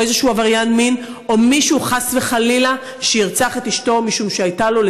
או איזשהו עבריין מין או מישהו שחס וחלילה ירצח את אשתו משום שהייתה לו,